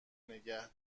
نگه